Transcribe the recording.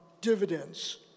dividends